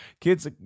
Kids